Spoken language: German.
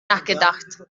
nachgedacht